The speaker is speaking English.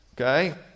Okay